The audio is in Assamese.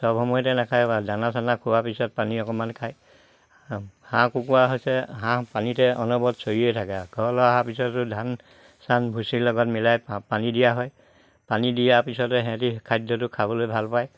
সব সময়তে নাখায় বা দানা চানা খোৱাৰ পিছত পানী অকমান খায় হাঁহ কুকুৰা হৈছে হাঁহ পানীতে অনবৰত চৰিয়ে থাকে ঘৰ অহাৰ পিছতো ধান চান ভুচিৰ লগত মিলাই পানী দিয়া হয় পানী দিয়াৰ পিছতে সিহঁতি খাদ্যটো খাবলৈ ভাল পায়